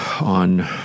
on